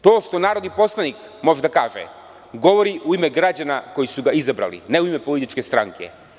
To što narodni poslanik može da kaže, govori u ime građana koji su ga izabrali, ne u ime političke stranke.